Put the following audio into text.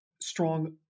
strong